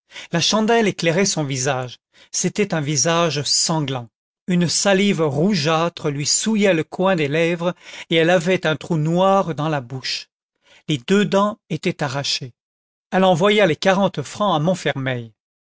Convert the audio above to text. la chandelle éclairait son visage c'était un sourire sanglant une salive rougeâtre lui souillait le coin des lèvres et elle avait un trou noir dans la bouche les deux dents étaient arrachées elle envoya les quarante francs à montfermeil